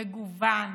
מגוון